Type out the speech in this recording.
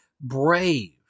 brave